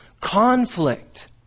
Conflict